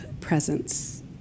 presence